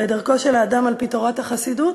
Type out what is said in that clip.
ב"דרכו של האדם על-פי תורת החסידות",